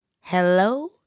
Hello